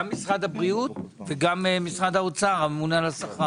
משרד הבריאות ומשרד האוצר, תוך שבוע תתנו תשובה.